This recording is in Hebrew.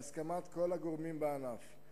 בהסכמת כל הגורמים בענף.